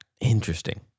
Interesting